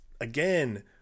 again